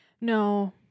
No